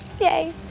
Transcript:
Yay